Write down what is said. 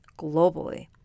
globally